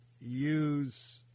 use